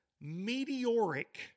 Meteoric